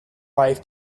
life